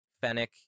Fennec